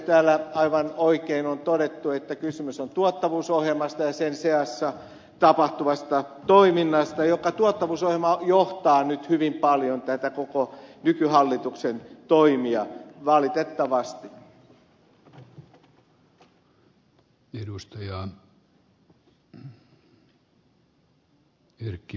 täällä aivan oikein on todettu että kysymys on tuottavuusohjelmasta ja sen seassa tapahtuvasta toiminnasta joka tuottavuusohjelma johtaa nyt hyvin paljon näitä koko nykyhallituksen toimia valitettavasti